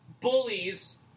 bullies